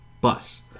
bus